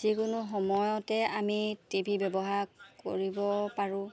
যিকোনো সময়তে আমি টি ভি ব্যৱহাৰ কৰিব পাৰোঁ